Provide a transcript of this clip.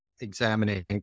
examining